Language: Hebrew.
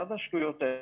מה זה השטויות האלה?